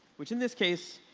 which in this case,